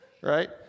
right